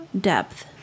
depth